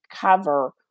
cover